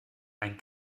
ein